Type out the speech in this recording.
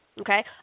Okay